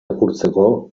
apurtzeko